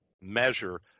measure